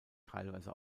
teilweise